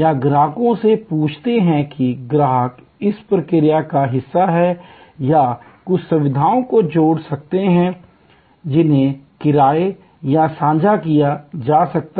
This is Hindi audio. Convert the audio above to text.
या ग्राहकों से पूछते हैं कि ग्राहक इस प्रक्रिया का हिस्सा हैं या कुछ सुविधाओं को जोड़ सकते हैं जिन्हें किराए पर या साझा किया जा सकता है और इसी तरह